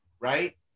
right